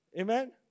Amen